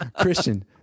Christian